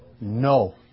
No